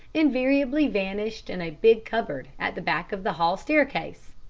invariably vanished in a big cupboard at the back of the hall staircase.